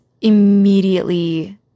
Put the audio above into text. immediately